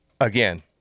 Again